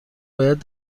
باید